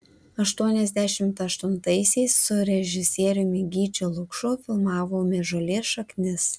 aštuoniasdešimt aštuntaisiais su režisieriumi gyčiu lukšu filmavome žolės šaknis